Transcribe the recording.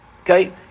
Okay